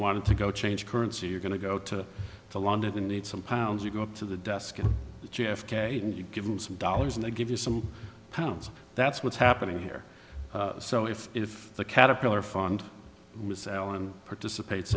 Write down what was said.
wanted to go change currency you're going to go to the london need some pounds you go up to the desk of j f k and you give them some dollars and they give you some pounds that's what's happening here so if if the caterpillar fund was alan participates